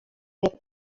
jak